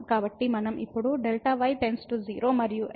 కాబట్టి మనం ఇప్పుడు Δy → 0 మరియు f ఫంక్షన్ యొక్క నిర్వచనాన్ని ఉపయోగించాలి